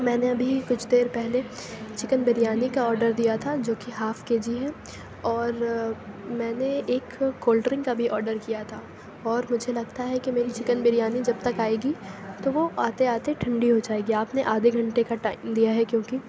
میں نے ابھی کچھ دیر پہلے چکن بریانی کا آڈر دیا تھا جو کہ ہاف کے جی ہے اور میں نے ایک کول ڈرنک کا بھی آڈر کیا تھا اور مجھے لگتا ہے کہ میری چکن بریانی جب تک آئے گی تو وہ آتے آتے ٹھنڈی ہو جائے گی آپ نے آدھے گھنٹے کا ٹائم دیا ہے کیوں کہ